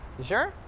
sure?